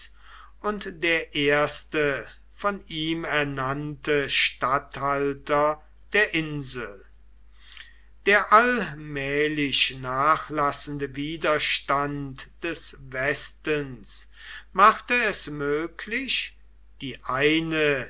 und der erste von ihm ernannte statthalter der insel der allmählich nachlassende widerstand des westens machte es möglich die eine